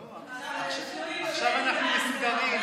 לא, עכשיו אנחנו מסודרים.